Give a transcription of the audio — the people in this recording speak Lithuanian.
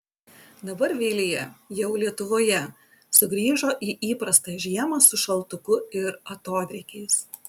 dabar vilija jau lietuvoje sugrįžo į įprastą žiemą su šaltuku ir atodrėkiais